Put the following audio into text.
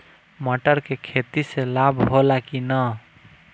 मटर के खेती से लाभ होला कि न?